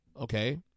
okay